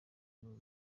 n’uru